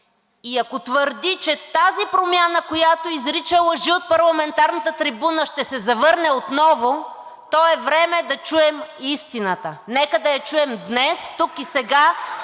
и ако твърди, че тази Промяна, която изрича лъжи от парламентарната трибуна, ще се завърне отново, то е време да чуем истината. Нека да я чуем днес, тук и сега